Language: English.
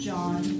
John